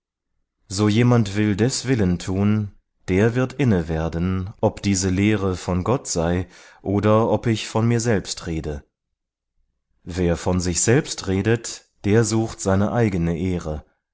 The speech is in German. so jemand will des willen tun der wird innewerden ob diese lehre von gott sei oder ob ich von mir selbst rede wer von sich selbst redet der sucht seine eigene ehre